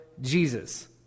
Jesus